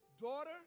daughter